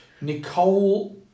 Nicole